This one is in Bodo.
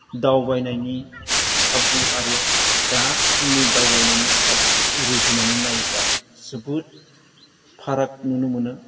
दावबायनायनि खाबु आरो दा समनि दावबायनायनि खाबुजों रुजुनानै नायोब्ला जोबोद फाराग नुनो मोनो